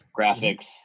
Graphics